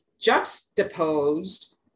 juxtaposed